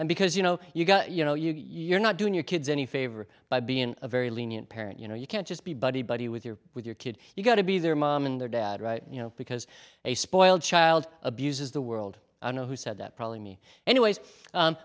and because you know you've got you know you're not doing your kids any favor by being a very lenient parent you know you can't just be buddy buddy with your with your kid you got to be their mom and their dad right you know because a spoiled child abuse is the world i know who said that probably me anyway